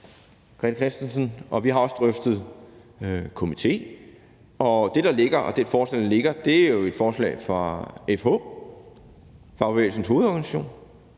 Grete Christensen, og vi har også drøftet komité. Det forslag, der ligger, er jo et forslag fra FH – Fagbevægelsens Hovedorganisation